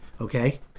okay